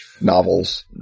novels